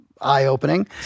eye-opening